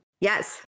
Yes